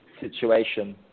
situation